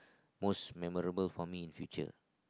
most memorable for me in future